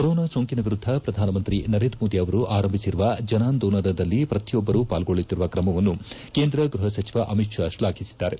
corona ಸೋಂಕಿನ ವಿರುದ್ಧ ಪ್ರಧಾನಮಂತ್ರಿ ನರೇಂದ್ರಮೋದಿ ಅವರು ಆರಂಭಿಸಿರುವ ಜನಾಂದೋಲನದಲ್ಲಿ ಪ್ರತಿಯೊಬ್ಬರು ಪಾಲ್ಗೊಳ್ಳುತ್ತಿರುವ ತ್ರಮವನ್ನು ಕೇಂದ್ರ ಗೃಹ ಸಚಿವ ಅಮಿತ್ ಷಾ ಶ್ಲಾಘಿಸಿದ್ದಾರೆ